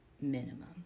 Minimum